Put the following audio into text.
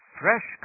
fresh